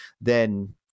then-